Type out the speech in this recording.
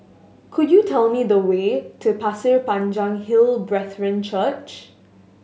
could you tell me the way to Pasir Panjang Hill Brethren Church